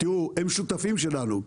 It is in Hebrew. הם שותפים שלנו.